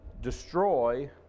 destroy